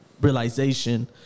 realization